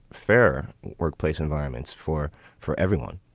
fairer workplace environments for for everyone.